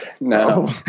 No